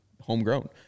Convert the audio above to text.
homegrown